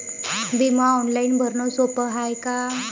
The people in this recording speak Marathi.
बिमा ऑनलाईन भरनं सोप हाय का?